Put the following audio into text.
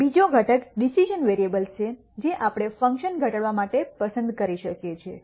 બીજો ઘટક decision variables છે જે આપણે ફંકશન ઘટાડવા માટે પસંદ કરી શકીએ છીએ